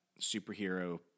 superhero